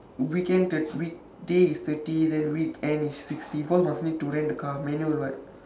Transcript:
weekend thir~ weekday is thirty then weekend is fifty because must need to rent the car manual what